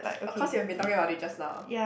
oh cause you have been talking about it just now